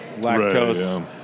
lactose